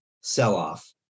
sell-off